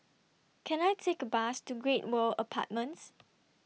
Can I Take A Bus to Great World Apartments